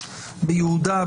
ביהודה,